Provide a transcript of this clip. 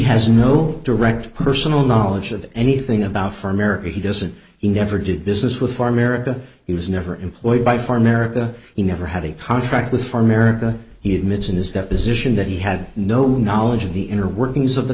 has no direct personal knowledge of anything about for america he doesn't he never did business with farm merica he was never employed by farm merica he never had a contract with for america he admits in his deposition that he had no knowledge of the inner workings of the